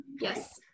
Yes